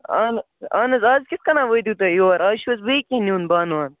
اَہَن اَہن حظ اَز کِتھٕ کٔنٮ۪ن وٲتِو تُہۍ یور اَز چھُو حظ بیٚیہِ کیٚنٛہہ نِیُن بانہٕ وانہٕ